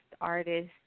artist